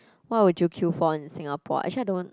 what would you queue for in Singapore actually I don't